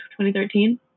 2013